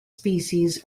species